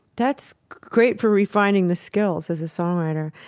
that's great for refining the skills as a songwriter.